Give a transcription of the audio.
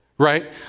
Right